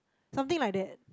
something like that